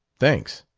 thanks.